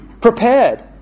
prepared